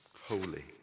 holy